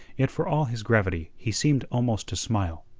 yet for all his gravity he seemed almost to smile,